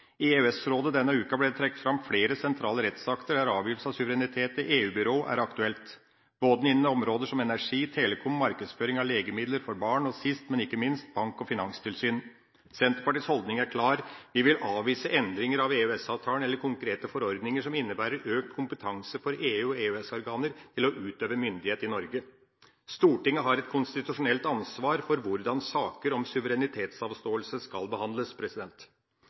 I EØS-rådet denne uka ble det trukket fram flere sentrale rettsakter, der avgivelse av suverenitet til EU-byrå er aktuelt både innen områder som energi, telekom, markedsføring av legemidler for barn og – sist, men ikke minst – bank og finanstilsyn. Senterpartiets holdning er klar: Vi vil avvise endringer av EØS-avtalen eller konkrete forordninger som innebærer økt kompetanse for EU- og EØS-organer til å utøve myndighet i Norge. Stortinget har et konstitusjonelt ansvar for hvordan saker om suverenitetsavståelse skal behandles.